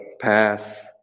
pass